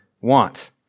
want